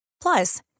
Plus